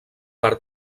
per